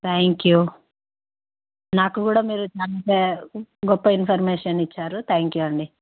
thank you నాకు కూడా మీరు చాలా గొప్ప ఇన్ఫర్మేషన్ ఇచ్చారు థ్యాంక్ యూ అండి